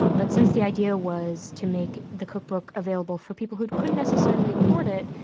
but since the idea was to make the cookbook available for people who couldn't necessarily afford it,